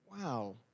Wow